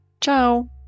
Ciao